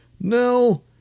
no